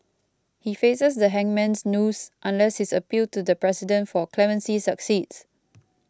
he faces the hangman's noose unless his appeal to the President for clemency succeeds